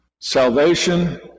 salvation